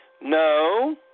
No